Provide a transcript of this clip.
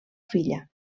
filla